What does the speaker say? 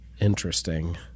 interesting